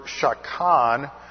shakan